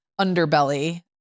underbelly